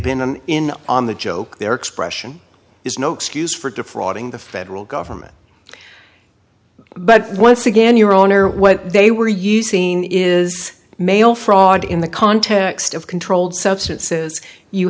been in on the joke their expression is no excuse for defrauding the federal government but once again your own or what they were using is mail fraud in the context of controlled substances you